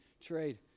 trade